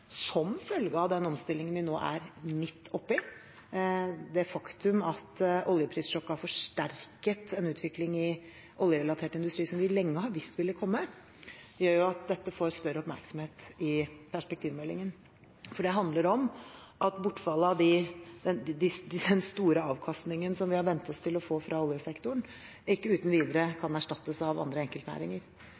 som følge av den omstillingen vi nå er midt oppi. Det faktum at oljeprissjokket har forsterket en utvikling i oljerelatert industri som vi lenge har visst ville komme, gjør at dette får større oppmerksomhet i perspektivmeldingen. Det handler om at bortfallet av den store avkastningen som vi har vent oss til å få fra oljesektoren, ikke uten videre kan erstattes av andre enkeltnæringer.